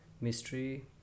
mystery